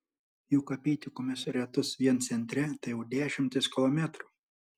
juk apeiti komisariatus vien centre tai jau dešimtys kilometrų